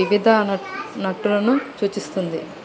వివిధ నట్టులను సూచిస్తుంది